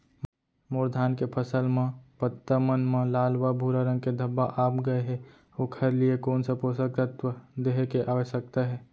मोर धान के फसल म पत्ता मन म लाल व भूरा रंग के धब्बा आप गए हे ओखर लिए कोन स पोसक तत्व देहे के आवश्यकता हे?